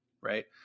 Right